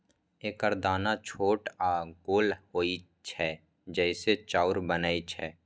एकर दाना छोट आ गोल होइ छै, जइसे चाउर बनै छै